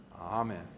amen